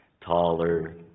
taller